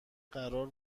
قرار